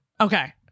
Okay